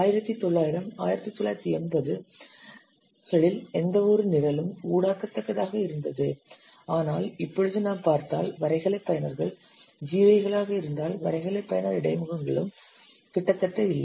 1900 1980 களில் எந்தவொரு நிரலும் ஊடாடத்தக்கதாக இருந்தது ஆனால் இப்பொழுது நாம் பார்த்தால் வரைகலை பயனர்கள் GUI களாக இருந்ததால் வரைகலை பயனர் இடைமுகங்களும் கிட்டத்தட்ட இல்லை